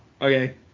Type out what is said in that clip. okay